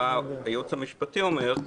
מה הייעוץ המשפטי אומר,